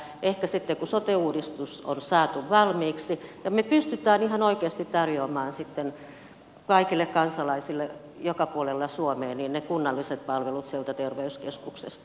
ehkä sitten kun sote uudistus on saatu valmiiksi ja me pystymme ihan oikeasti tarjoamaan sitten kaikille kansalaisille joka puolilla suomea ne kunnalliset palvelut sieltä terveyskeskuksesta